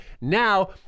Now